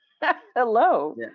Hello